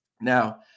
Now